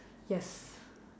yes